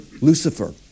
Lucifer